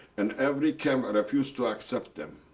and every camp refuse to accept them.